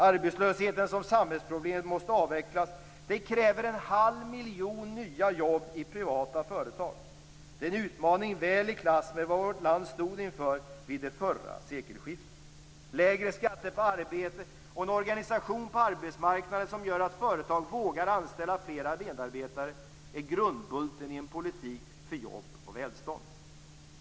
Arbetslösheten som samhällsproblem måste avvecklas. Det kräver en halv miljon nya jobb i privata företag. Det är en utmaning väl i klass med vad vårt land stod inför vid det förra sekelskiftet. Lägre skatter på arbete och en organisation på arbetsmarknaden som gör att företag vågar anställa fler medarbetare är grundbulten i en politik för jobb och välstånd.